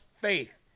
faith